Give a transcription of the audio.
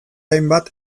hainbat